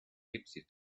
gypsy